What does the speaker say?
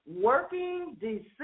working